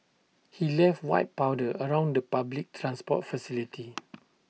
he left white powder around the public transport facility